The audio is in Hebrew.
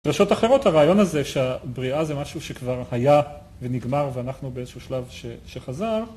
בדרשות אחרות הרעיון הזה שהבריאה זה משהו שכבר היה ונגמר ואנחנו באיזשהו שלב שחזר